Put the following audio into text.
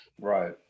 Right